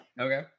Okay